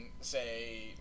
say